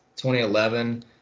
2011